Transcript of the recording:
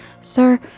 Sir